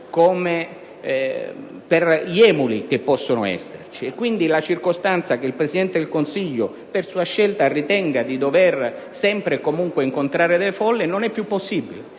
gesti di emulazione e quindi la circostanza che il Presidente del Consiglio, per sua scelta, ritenga di dover sempre e comunque incontrare le folle non è più possibile.